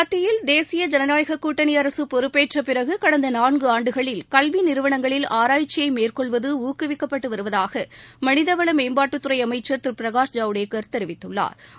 மத்தியில் தேசிய ஜனநாயகக் கூட்டணி அரசு பொறுப்பேற்ற பிறகு கடந்த நான்கு ஆண்டுகளில் கல்வி நிறுவனங்களில் ஆராய்ச்சியை மேற்கொள்வது ஊக்குவிக்கப்பட்டு வருவதாக மனிதவள மேம்பாட்டுத் துறை அமைச்சள் திரு பிரகாஷ் ஜவடேக்கள் தெரிவித்துள்ளாா்